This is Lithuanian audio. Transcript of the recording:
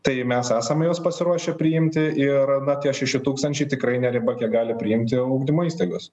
tai mes esam juos pasiruošę priimti ir na tie šeši tūkstančiai tikrai ne riba kiek gali priimti ugdymo įstaigos